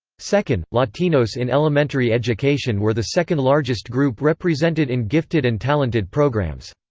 second, latinos in elementary education were the second largest group represented in gifted and talented programs.